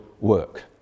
work